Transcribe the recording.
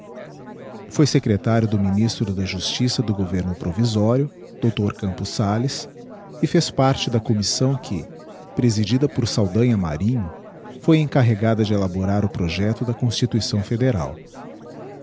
foi secretario do ministro da justiça do governo provisório dr campos salles e fez parte da commissâo que presidida por saldanha marinho foi encarregada de elaborar o projecto da constituição federal